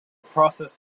process